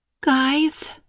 Guys